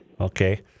Okay